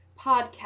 podcast